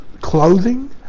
clothing